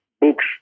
books